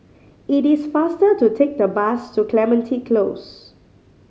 it is faster to take the bus to Clementi Close